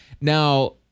Now